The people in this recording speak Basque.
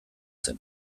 zen